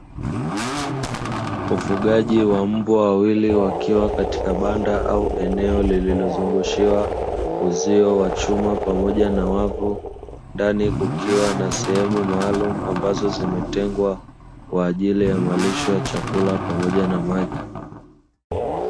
Ufugaji wa mbwa wawili , wakiwa katika banda au eneo lililozungushiwa uzio wa chuma pamoja na wavu, ndani kukiwa na sehemu maalumu ambazo zimetengwa kwa ajili ya malisho ya chakula pamoja na maji.